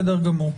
בסדר.